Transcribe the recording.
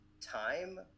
time